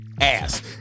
ass